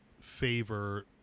favor